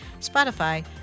Spotify